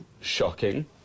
shocking